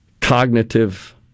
cognitive